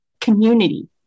community